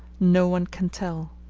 no one can tell.